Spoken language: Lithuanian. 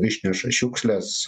išneša šiukšles